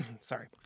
Sorry